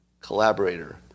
Collaborator